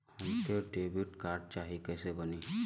हमके credit card चाही कैसे बनी?